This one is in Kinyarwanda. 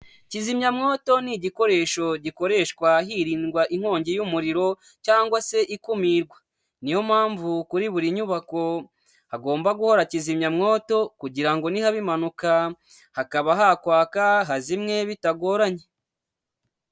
Kizimyamwoto ni igikoresho gikoreshwa hirindwa inkongi y'umuriro cyangwa se ikumirwa, niyo mpamvu kuri buri nyubako hagomba guhora kizimyamwoto, kugira ngo nihaba impanuka hakaba hakwaka hazimwe bitagoranye.